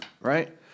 right